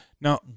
Now